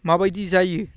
माबायदि जायो